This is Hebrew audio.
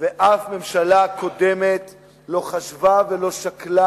ואף ממשלה קודמת לא חשבה ולא שקלה,